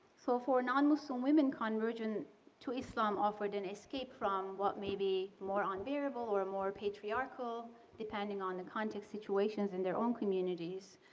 so for non-muslim women converting to islam offered an escape from what may be more unbearable or more patriarchal depending on the context situations in their own communities.